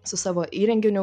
su savo įrenginiu